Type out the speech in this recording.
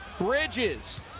Bridges